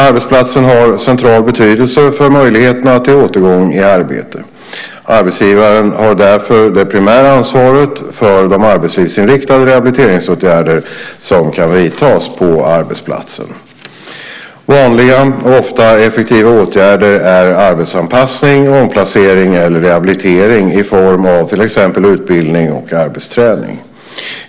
Arbetsplatsen har central betydelse för möjligheterna till återgång i arbete. Arbetsgivaren har därför det primära ansvaret för de arbetslivsinriktade rehabiliteringsåtgärder som kan vidtas på arbetsplatsen. Vanliga och ofta effektiva åtgärder är arbetsanpassning, omplacering eller rehabilitering i form av till exempel utbildning och arbetsträning.